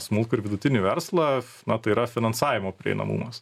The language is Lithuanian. smulkų ir vidutinį verslą na tai yra finansavimo prieinamumas